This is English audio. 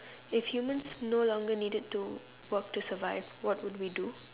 if humans no longer needed to work to survive what would we do